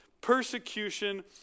persecution